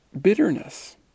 bitterness